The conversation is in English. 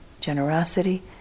generosity